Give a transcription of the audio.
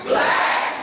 Black